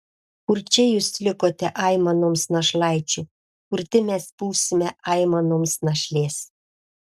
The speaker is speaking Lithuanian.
kurčia jūs likote aimanoms našlaičių kurti mes būsime aimanoms našlės